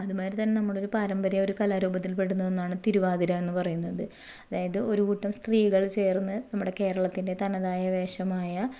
അതുമാതിരി തന്നെ നമ്മുടെ ഒരു പാരമ്പര്യ ഒരു കലാരൂപത്തിൽ പെടുന്ന ഒന്നാണ് തിരുവാതിര എന്ന് പറയുന്നത് അതായത് ഒരു കൂട്ടം സ്ത്രീകൾ ചേർന്ന് നമ്മുടെ കേരളത്തിൻ്റെ തനതായ വേഷമായ